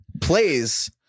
plays